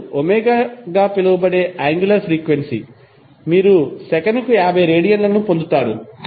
ఇప్పుడు గా పిలువబడే యాంగ్యులార్ ఫ్రీక్వెన్సీ మీరు సెకనుకు 50 రేడియన్లను పొందుతారు